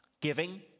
giving